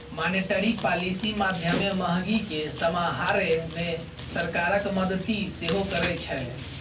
monetary policy माध्यमे महगी केँ समहारै मे सरकारक मदति सेहो करै छै